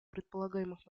предполагаемых